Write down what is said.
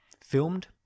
filmed